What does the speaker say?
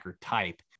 type